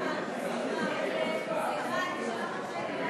סליחה, אם אפשר שאלה.